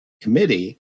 committee